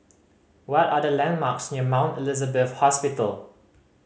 what are the landmarks near Mount Elizabeth Hospital